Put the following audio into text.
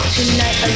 Tonight